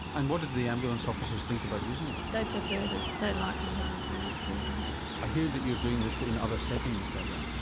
and what did the ambulance officers think about using it? they preferred it, they liked not having to use needles. i hear you are doing this in other settings debra?